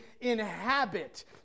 inhabit